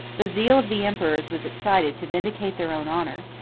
the zeal of the emperors was excited to vindicate their own honor,